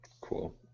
Cool